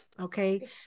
okay